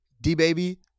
D-Baby